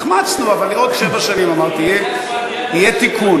החמצנו, אבל עוד שבע שנים, אמרתי, יהיה תיקון.